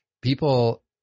people